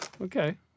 Okay